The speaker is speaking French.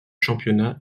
championnat